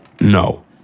no